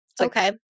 Okay